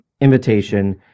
invitation